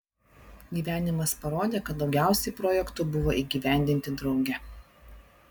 gyvenimas parodė kad daugiausiai projektų buvo įgyvendinti drauge